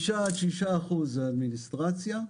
5% - 6% זה אדמיניסטרציה.